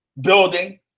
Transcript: Building